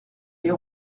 les